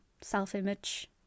self-image